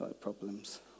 problems